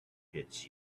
fits